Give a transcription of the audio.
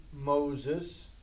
Moses